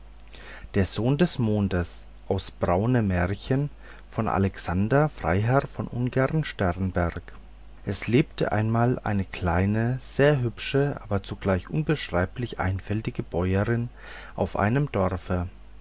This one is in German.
der sohn des mondes es lebte einmal eine kleine sehr hübsche aber zugleich unbeschreiblich einfältige bäuerin auf einem dorfe